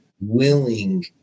willing